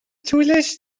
طولش